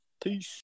Peace